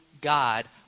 God